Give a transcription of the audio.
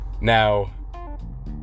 Now